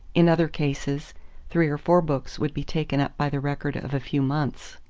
in other cases three or four books would be taken up by the record of a few months.